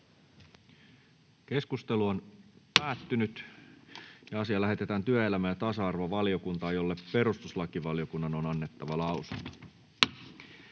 ehdottaa, että asia lähetetään työelämä- ja tasa-arvovaliokuntaan, jolle perustuslakivaliokunnan on annettava lausunto.